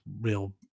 real